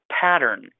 pattern